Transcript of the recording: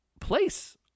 place